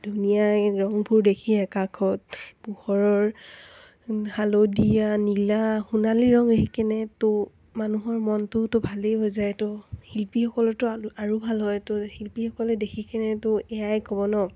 ধুনীয়া এই ৰংবোৰ দেখি আকাশত পোহৰৰ হালধীয়া নীলা সোণালী ৰং দেখি কেনে তো মানুহৰ মনটোও তো ভালেই হৈ যায় তো শিল্পীসকলৰটো আৰু আৰু ভাল হয় তো শিল্পীসকলে দেখি কিনেতো এয়াই ক'ব ন